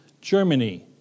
Germany